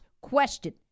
question